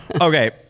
okay